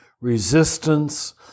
resistance